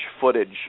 footage